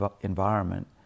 environment